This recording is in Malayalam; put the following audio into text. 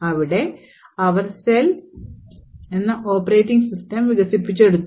അവിടെ അവർ സെൽ 4 എന്ന ഓപ്പറേറ്റിംഗ് സിസ്റ്റം വികസിപ്പിച്ചെടുത്തു